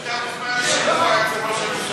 אתה יודע מה זה אומר?